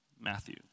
Matthew